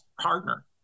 partner